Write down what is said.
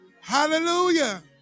Hallelujah